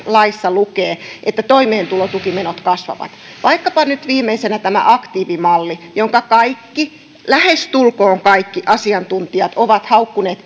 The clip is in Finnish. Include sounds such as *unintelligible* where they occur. laissa lukee että toimeentulotukimenot kasvavat vaikkapa nyt viimeisenä tämä aktiivimalli jonka lähestulkoon kaikki asiantuntijat ovat haukkuneet *unintelligible*